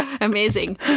amazing